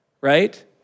right